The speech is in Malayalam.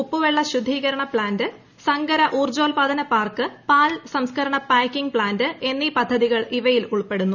ഉപ്പുവെള്ള ശുദ്ധീകരണ പ്ലാന്റ് സങ്കര ഊർജോൽപാദന പാർക്ക് പാൽ സംസ്കരണ പായ്ക്കിംഗ് പ്താന്റ് എന്നീ പദ്ധതികൾ ഇവയിൽ ഉൾപ്പെടുന്നു